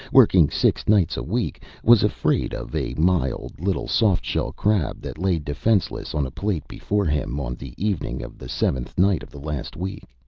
working six nights a week, was afraid of a mild little soft-shell crab that lay defenceless on a plate before him on the evening of the seventh night of the last week.